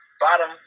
bottom